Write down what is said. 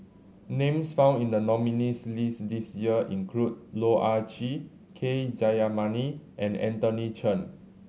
names found in the nominees' list this year include Loh Ah Chee K Jayamani and Anthony Chen